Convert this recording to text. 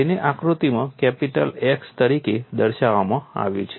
તેને આકૃતિમાં capital X તરીકે દર્શાવવામાં આવ્યું છે